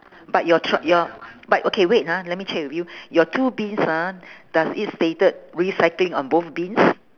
but your tro~ your but okay wait ah let me check with you your two bins ah does it stated recycling on both bins